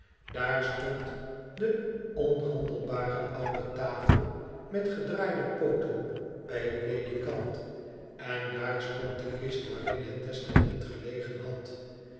daar stond de onhandelbare oude tafel met gedraaide pooten bij het ledikant en daar stond de kist waarin het testament gelegen had